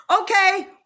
okay